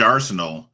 Arsenal